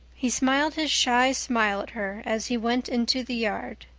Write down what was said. he smiled his shy smile at her as he went into the yard.